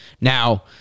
Now